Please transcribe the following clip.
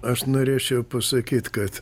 aš norėčiau pasakyt kad